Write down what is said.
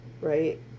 right